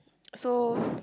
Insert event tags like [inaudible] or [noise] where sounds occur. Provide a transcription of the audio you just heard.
so [breath]